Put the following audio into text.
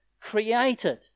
created